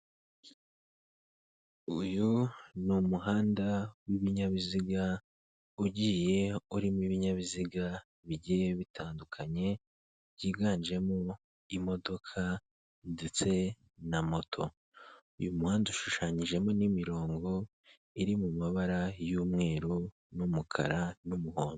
Uyu ni umuhanda w'ibinyabiziga ugiye urimo ibinyabiziga bigiye bitandukanye byiganjemo imodoka ndetse na moto. Uyu muhanda ushushanyijemo n'imirongo iri mu mabara y'umweru n'umukara n'umuhondo.